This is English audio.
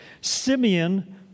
Simeon